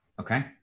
Okay